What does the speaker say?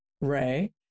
Ray